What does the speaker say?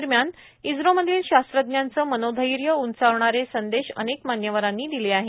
दरम्यानए इस्त्रोमधील शास्त्रज्ञांचं मनोधैर्य उंचावणारे संदेश अनेक मान्यवरांनी दिले आहेत